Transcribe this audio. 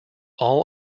all